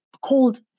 called